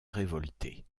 révolter